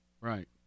Right